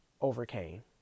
overcame